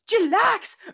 relax